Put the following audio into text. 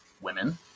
women